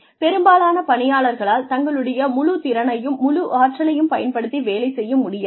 பெரும்பாலான பணியாளர்களால் தங்களுடைய முழு திறனையும் முழு ஆற்றலையும் பயன்படுத்தி வேலை செய்ய முடியாது